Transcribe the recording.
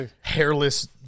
hairless